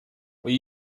will